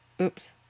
Oops